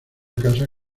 casa